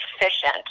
efficient